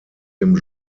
dem